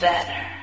Better